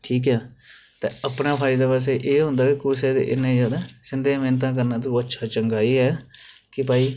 ठीक ऐ ते अपने फायदे बास्तै एह् होंदा कि कुसै दे इन्ने ज्यादा शिंदे मिनता करना तू अच्छा चंगा एह् ऐ कि भाई